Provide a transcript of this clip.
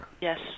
Yes